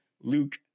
Luke